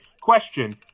question